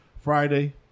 Friday